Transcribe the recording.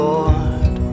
Lord